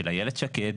של איילת שקד,